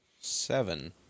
Seven